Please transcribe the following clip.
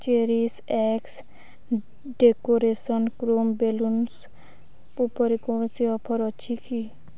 cherish X decoration chrome balloons ଉପରେ କୌଣସି offer ଅଛି କି